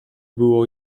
było